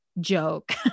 joke